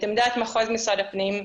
את עמדת מחוז משרד הפנים,